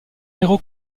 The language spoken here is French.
héros